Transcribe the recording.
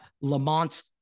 Lamont